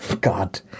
God